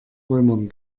römern